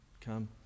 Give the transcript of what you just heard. Come